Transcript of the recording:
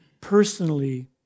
personally